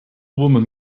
woman